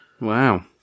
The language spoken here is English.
Wow